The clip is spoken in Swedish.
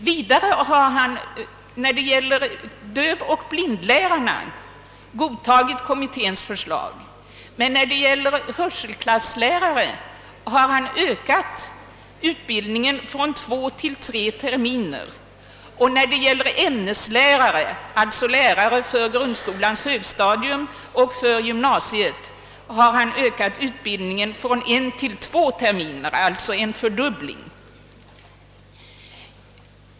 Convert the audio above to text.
Vidare har han när det gäller dövoch blindlärarna godtagit kommitténs förslag, men i fråga om hörselklasslärare har han förlängt utbildningstiden från två till tre terminer och beträffande ämneslärarna, alltså lärare för grundskolans högstadium och för gymnasiet, har han ökat utbildningen från en till två terminer, alltså en fördubbling.